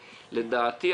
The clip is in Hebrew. לדעתי,